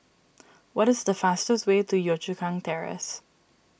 what is the fastest way to Yio Chu Kang Terrace